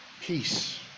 Peace